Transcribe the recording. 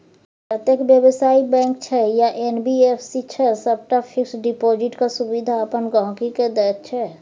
जतेक बेबसायी बैंक छै या एन.बी.एफ.सी छै सबटा फिक्स डिपोजिटक सुविधा अपन गांहिकी केँ दैत छै